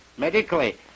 medically